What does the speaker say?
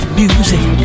music